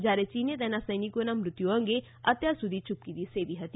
જ્યારે ચીને તેના સૈનિકોના મૃત્યુ અંગે અત્યાર સુધી યૂપકીદી સેવી હતી